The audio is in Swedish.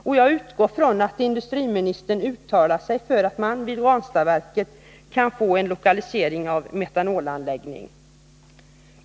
Och jag utgår från att industriministern uttalar sig för att man kan få en metanolanläggning lokaliserad till Ranstadverket.